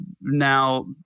now